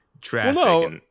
traffic